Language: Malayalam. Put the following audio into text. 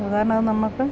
അത് കാരണം അത് നമുക്ക്